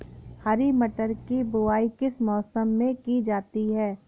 हरी मटर की बुवाई किस मौसम में की जाती है?